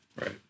right